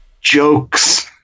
jokes